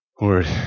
Lord